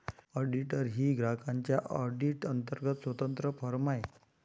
auditor ही ग्राहकांच्या audit अंतर्गत स्वतंत्र फर्म आहे